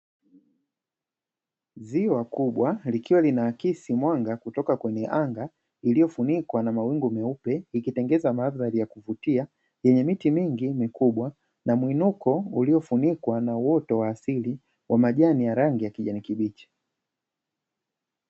Ziwa kubwa likiwa linaakisi mwanga kutoka kwenye anga iliyofunikwa na mawingu meupe, ikitengeneza mandhari ya kuvutia yenye miti mingi mikubwa, na mwinuko uliofunikwa na uoto wa asili wa majani ya rangi ya kijani kibichi.